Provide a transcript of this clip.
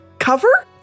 Cover